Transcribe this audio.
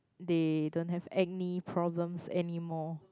they don't have acne problems anymore